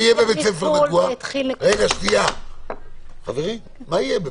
--- הייתי בחוץ ולא ידעתי מה על הפרק,